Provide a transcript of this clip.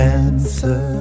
answer